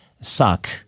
suck